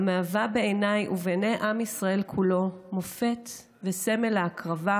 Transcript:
המהווה בעיניי ובעיני עם ישראל כולו מופת וסמל להקרבה,